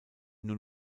nur